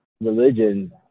religion